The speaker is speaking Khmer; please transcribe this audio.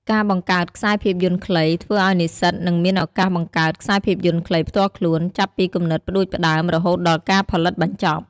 ការបង្កើតខ្សែភាពយន្តខ្លី ធ្វើឲ្យនិស្សិតនឹងមានឱកាសបង្កើតខ្សែភាពយន្តខ្លីផ្ទាល់ខ្លួន ចាប់ពីគំនិតផ្ដួចផ្ដើម រហូតដល់ការផលិតបញ្ចប់។